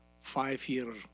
five-year